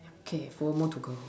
okay four more to go